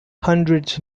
hundreds